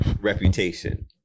reputation